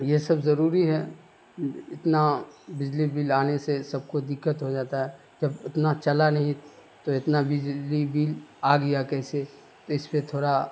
یہ سب ضروری ہے اتنا بجلی بل آنے سے سب کو دقت ہوجاتا ہے جب اتنا چلا نہیں تو اتنا بجلی بل آگیا کیسے اس پہ تھوڑا